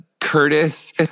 Curtis